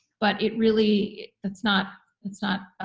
but it really, it's not it's not